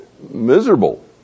miserable